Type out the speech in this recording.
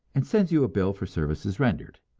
and sends you a bill for services rendered.